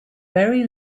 very